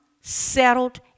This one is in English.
settled